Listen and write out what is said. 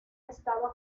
estaba